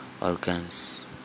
organs